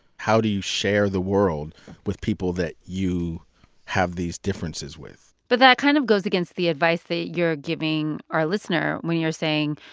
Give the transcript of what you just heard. how do you share the world with people that you have these differences with? but that kind of goes against the advice that you're giving our listener when you're saying,